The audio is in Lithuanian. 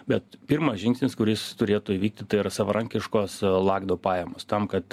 bet pirmas žingsnis kuris turėtų įvykti tai yra savarankiškos lagdo pajamos tam kad